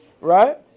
Right